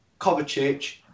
Kovacic